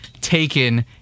taken